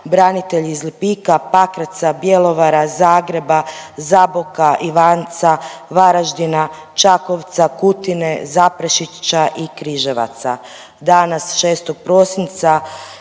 branitelji iz Lipika, Pakraca, Bjelovara, Zagreba, Zaboka, Ivanca, Varaždina, Čakovca, Kutine, Zaprešića i Križevaca.